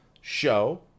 show